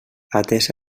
atés